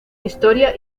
historia